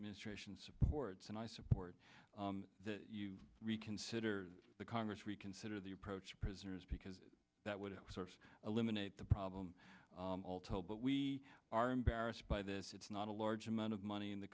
administration supports and i support that you reconsider the congress reconsider the approach prisoners because that would eliminate the problem all told but we are embarrassed by this it's not a large amount of money in the